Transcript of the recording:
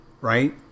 right